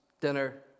dinner